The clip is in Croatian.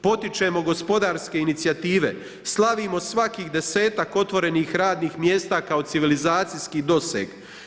Potičemo gospodarske inicijative, slavimo svakih 10-tak otvorenih radnih mjesta, kao civilizacijski doseg.